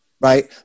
Right